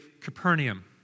Capernaum